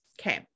Okay